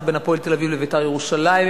בין "הפועל תל-אביב" ל"בית"ר ירושלים".